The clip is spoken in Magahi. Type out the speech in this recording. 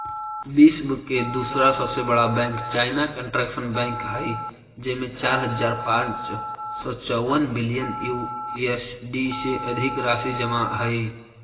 विश्व के दूसरा सबसे बड़ा बैंक चाइना कंस्ट्रक्शन बैंक हइ जेमें चार हज़ार पाँच सौ चउवन बिलियन यू.एस.डी से अधिक राशि जमा हइ